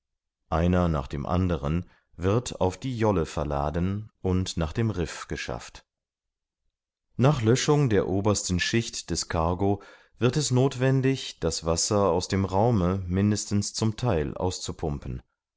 einer nach dem anderen wird auf die jolle verladen und nach dem riff geschafft nach löschung der obersten schicht des cargo wird es nothwendig das wasser aus dem raume mindestens zum theil auszupumpen